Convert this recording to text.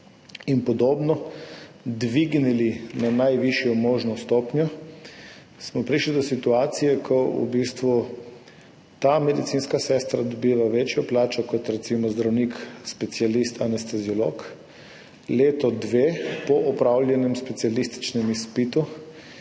in podobno, dvignili na najvišjo možno stopnjo, smo prišli do situacije, ko v bistvu ta medicinska sestra dobiva večjo plačo kot recimo zdravnik specialist anesteziolog leto, dve po opravljenem specialističnem izpitu,